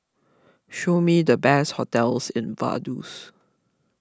show me the best hotels in Vaduz